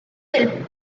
del